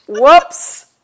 Whoops